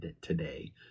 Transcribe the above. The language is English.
today